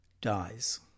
dies